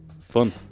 fun